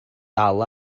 dal